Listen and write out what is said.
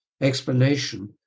explanation